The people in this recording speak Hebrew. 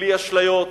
בלי אשליות: